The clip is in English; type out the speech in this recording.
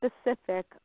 specific